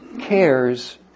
cares